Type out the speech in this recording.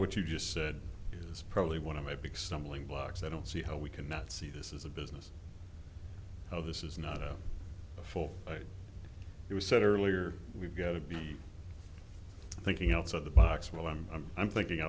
what you just said is probably one of my big stumbling blocks i don't see how we can not see this as a business of this is not before it was said earlier we've got to be thinking outside the box well i'm i'm i'm thinking